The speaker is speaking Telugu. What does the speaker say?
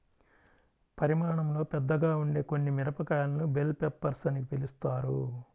పరిమాణంలో పెద్దగా ఉండే కొన్ని మిరపకాయలను బెల్ పెప్పర్స్ అని పిలుస్తారు